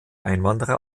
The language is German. einwanderer